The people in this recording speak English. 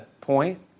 point